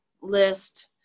list